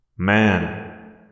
Man